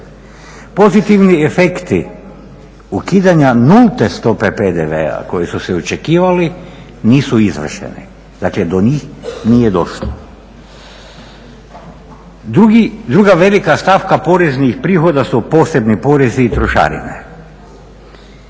Pozitivni efekti ukidanja nulte stope PDV-a koji su se očekivali nisu izvršeni, dakle to njih nije došlo. Druga velika stavka poreznih prihoda su posebni porezi i trošarine.